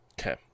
Okay